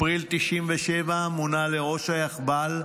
באפריל 1997 מונה לראש היאחב"ל,